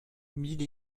mille